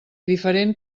diferent